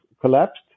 collapsed